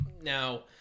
Now